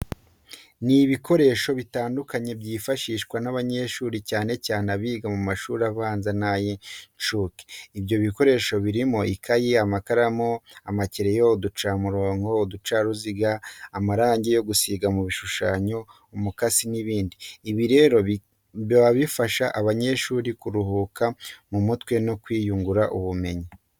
Ni ibikoresho bitandukanye byifashishwa n'abanyeshuri cyane cyane abiga mu mashuri abanza n'abiga mu mashuri y'incuke. Ibyo bikoresho birimo ikayi, amakaramu, amakereyo, uducamurongo, uducaruziga, amarange yo gusiga mu bishushanyo, umukasi n'ibindi. Ibi rero bikaba bifasha abanyeshuri kuruhura mu mutwe no kwiyungura ubumenyi.